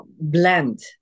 blend